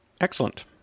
Excellent